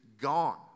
gone